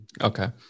Okay